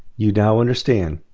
you now understand